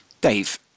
Dave